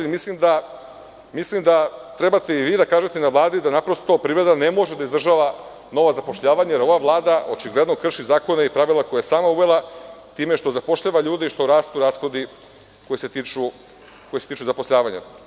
Mislim da trebate i vi da kažete na Vladi da privreda ne može da izdržava nova zapošljavanja, jer ova vlada krši zakone i pravila koje je sama uvela, time što zapošljava ljude i što rastu rashodi koji se tiču zapošljavanja.